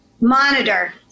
monitor